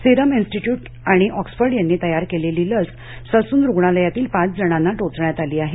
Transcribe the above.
serum Institute आणि Oxford यांनी तयार केलेली लस ससून रुग्णालयातील पाच जणांना टोचण्यात आली आहे